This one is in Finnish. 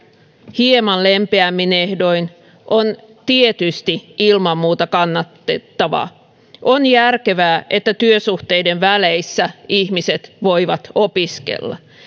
hieman lempeämmin ehdoin on tietysti ilman muuta kannatettava on järkevää että työsuhteiden väleissä ihmiset voivat opiskella